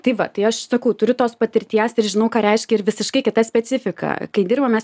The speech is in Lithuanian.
tai va tai aš sakau turiu tos patirties ir žinau ką reiškia ir visiškai kita specifika kai dirbam mes